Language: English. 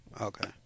Okay